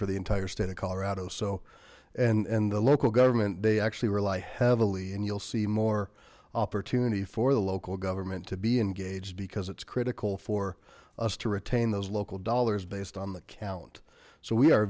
for the entire state of colorado so and and the local government they actually rely heavily and you'll see more opportunity for the local government to be engaged because it's critical for us to retain those local dollars based on the count so we are